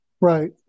Right